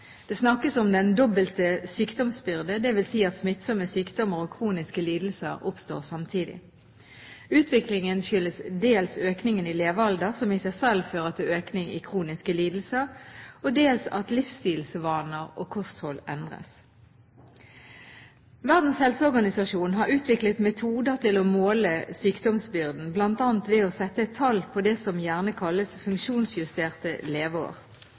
Det snakkes om den dobbelte sykdomsbyrde, det vil si at smittsomme sykdommer og kroniske lidelser opptrer samtidig. Utviklingen skyldes dels økningen i levealder, som i seg selv fører til økning i kroniske lidelser, og dels at livsstilsvaner og kosthold endres. Verdens helseorganisasjon har utviklet metoder til å måle sykdomsbyrden, bl.a. ved å sette et tall på det som gjerne kalles funksjonsjusterte leveår.